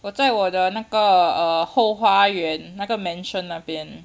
我在我的那个 err 后花园那个 mansion 那边